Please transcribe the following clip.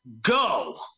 go